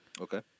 Okay